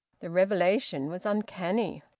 the revelation was uncanny.